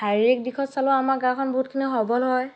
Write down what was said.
শাৰীৰিক দিশত চালেও আমাৰ গাঁওখন বহুতখিনি সৱল হয়